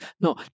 No